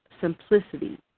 simplicity